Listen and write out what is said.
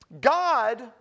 God